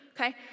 okay